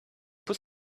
put